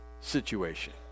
situation